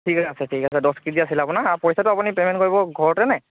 ঠিক আছে ঠিক আছে দহ কেজি আছিলে আপোনাৰ আৰু পইচাটো আপুনি পে'মেণ্ট কৰিব ঘৰতে নে